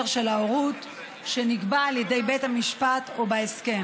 של ההורות שנקבע על ידי בית המשפט או בהסכם.